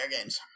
games